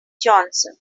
johnson